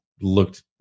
looked